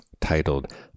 titled